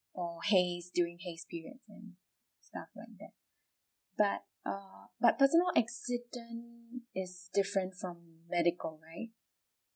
or haze during haze period and stuff like that but err but personal accident is different from medical right